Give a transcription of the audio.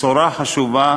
בשורה חשובה